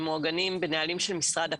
הם מעוגנים בנהלים של משרד הפנים,